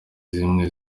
zimwe